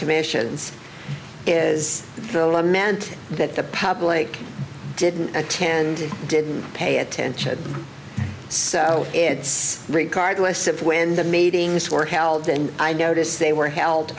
commissions is the amanti that the public didn't attend didn't pay attention so it's great cardless if when the meetings were held and i notice they were held